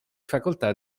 facoltà